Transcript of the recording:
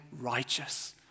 righteous